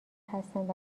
هستند